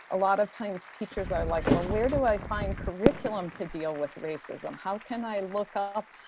a lot of times teachers are like, well, where do i find curriculum to deal with racism? how can i look up,